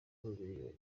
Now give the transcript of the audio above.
miliyoni